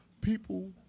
people